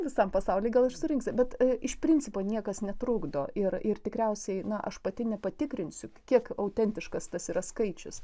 visam pasauly gal ir surinksi bet iš principo niekas netrukdo ir ir tikriausiai na aš pati nepatikrinsiu kiek autentiškas tas yra skaičius